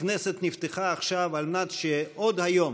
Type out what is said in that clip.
הכנסת נפתחה עכשיו על מנת להקים